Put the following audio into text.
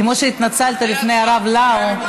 כמו שהתנצלת בפני הרב לאו.